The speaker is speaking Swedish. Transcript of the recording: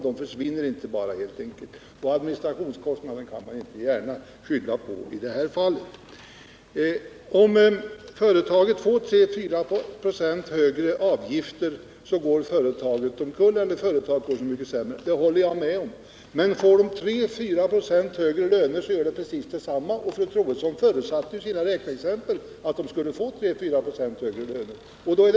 De försvinner inte bara, och administrationskostnaderna kan man inte gärna skylla på i det här fallet. Om företaget får 3-4 96 högre avgifter går företaget omkull eller det går i motsvarande grad sämre. Det håller jag med om. Men får företaget betala ut 3-4 96 högre löner blir effekten precis densamma — och fru Troedsson förutsatte i sina räkneexempel att det skulle få 34 26 högre lönekostnader.